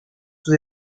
sous